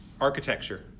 Architecture